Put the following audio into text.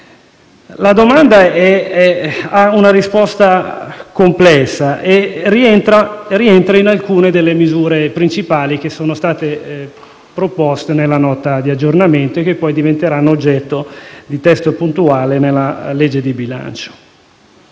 La domanda ha una risposta complessa e rientra in alcune delle misure principali che sono state proposte nella Nota di aggiornamento che poi diventeranno oggetto di un testo puntuale nella legge di bilancio.